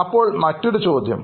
അപ്പൊ മറ്റൊരു ചോദ്യം